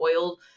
oil